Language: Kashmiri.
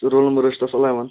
رول نمبر حظ چھُ تَس اِلیوَن